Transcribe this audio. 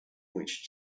which